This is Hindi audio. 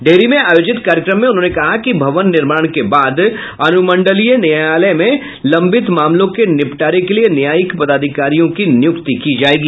डेहरी में आयोजित कार्यक्रम में उन्होंने कहा कि भवन निर्माण के बाद अनुमंडलीय न्यायालय में लंबित मामलों के निपटारे के लिये न्यायिक पदाधिकारियों की नियुक्ति की जायेगी